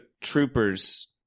troopers